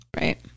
right